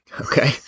Okay